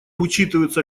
учитываются